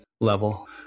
level